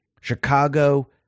Chicago